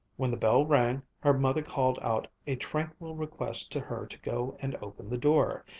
when the bell rang, her mother called out a tranquil request to her to go and open the door,